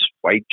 white